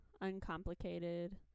uncomplicated